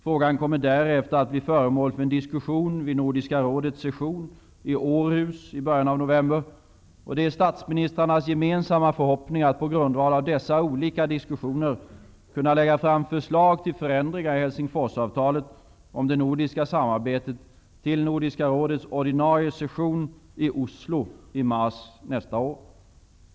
Frågan kommer därefter att bli föremål för en diskussion vid Nordiska rådets session i Århus i början av november, och det är statsministrarnas gemensamma förhoppning att på grundval av dessa olika diskussioner kunna lägga fram förslag till förändringar i Helsingforsavtalet om det nordiska samarbetet till Nordiska rådets ordinarie session i Oslo i mars nästa år.